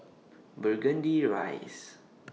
Burgundy Rise